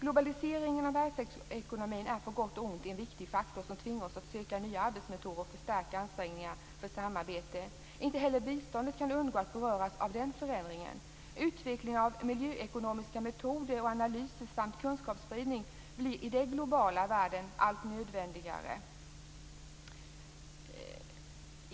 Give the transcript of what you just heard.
Globaliseringen av världsekonomin är på gott och ont en viktig faktor som tvingar oss att söka nya arbetsmetoder och förstärka ansträngningarna för samarbete. Inte heller biståndet kan undgå att beröras av den förändringen. Utvecklingen av miljöekonomiska metoder och analyser samt kunskapsspridning blir i den globala världen allt nödvändigare.